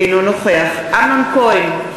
אינו נוכח אמנון כהן,